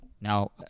Now